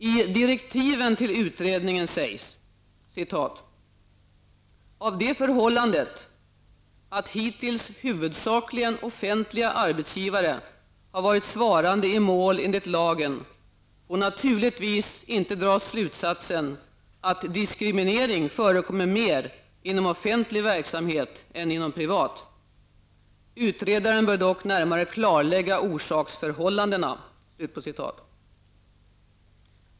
I direktiven till utredningen sägs: ''Av det förhållandet att hittills huvudsakligen offentliga arbetsgivare har varit svarande i mål enligt lagen får naturligtvis inte dras slutsatsen, att diskriminering förekommer mer inom offentlig verksamhet än inom privat. Utredaren bör dock närmare klarlägga orsaksförhållandena.''